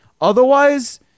Otherwise